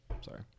sorry